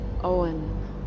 Owen